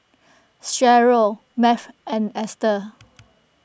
Sheryl Math and Esther